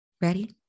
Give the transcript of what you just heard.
Ready